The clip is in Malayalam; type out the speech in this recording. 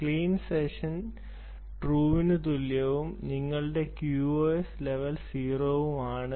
ക്ലീൻ സെഷൻ ട്രൂവിന് തുല്യവും നിങ്ങളുടെ QoS ലെവൽ 0 ഉം ആണ്